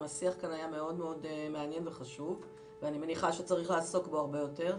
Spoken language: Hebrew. השיח כאן היה מאוד מעניין וחשוב ואני מניחה שצריך לעסוק בו הרבה יותר.